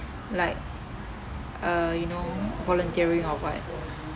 like uh you know volunteering or what